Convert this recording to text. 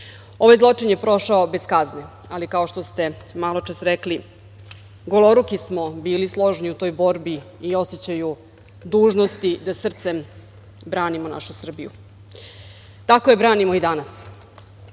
zločin je prošao bez kazne, ali, kao što ste maločas rekli, goloruki smo bili složni u toj borbi i osećaju dužnosti da srcem branimo našu Srbiju. Tako je branimo i danas.